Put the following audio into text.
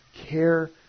care